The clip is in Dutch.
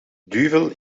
duvel